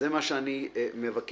זה מה שאני מבקש.